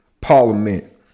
Parliament